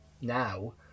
now